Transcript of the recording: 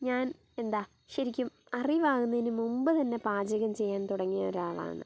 ഞാൻ എന്താ ശരിക്കും അറിവാകുന്നതിന് മുമ്പ് തന്നെ പാചകം ചെയ്യാൻ തുടങ്ങിയൊരാളാണ്